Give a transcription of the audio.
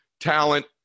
talent